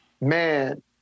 man